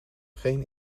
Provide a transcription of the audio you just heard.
geen